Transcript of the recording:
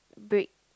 brick